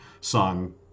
sung